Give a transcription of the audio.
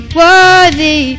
worthy